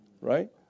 right